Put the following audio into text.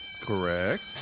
Correct